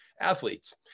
athletes